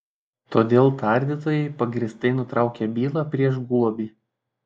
todėl tardytojai pagrįstai nutraukė bylą prieš guobį